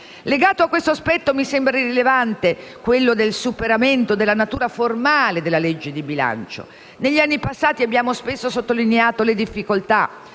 Legato a questo aspetto, mi sembra rilevante il superamento della natura formale della legge di bilancio. Negli anni passati abbiamo spesso sottolineato le difficoltà